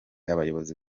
abayobozi